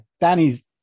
Danny's